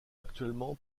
actuellement